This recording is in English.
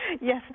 Yes